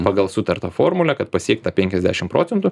pagal sutartą formulę kad pasiekt tą penkiasdešim procentų